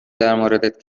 درموردت